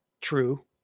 True